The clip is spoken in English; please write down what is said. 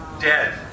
Dead